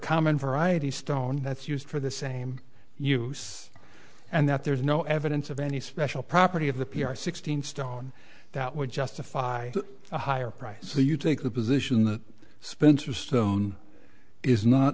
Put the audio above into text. common varieties stone that's used for the same use and that there's no evidence of any special property of the p r sixteen stone that would justify a higher price so you take the position that spencer stone is not